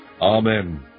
Amen